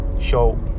show